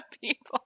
people